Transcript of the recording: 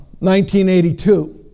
1982